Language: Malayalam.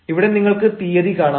ഇവിടെ നിങ്ങൾക്ക് തീയതി കാണാം